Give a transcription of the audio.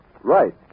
Right